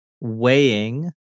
weighing